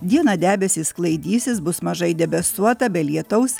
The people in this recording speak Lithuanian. dieną debesys sklaidysis bus mažai debesuota be lietaus